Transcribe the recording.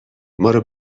مارو